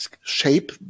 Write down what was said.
shape